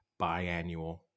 biannual